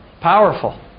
Powerful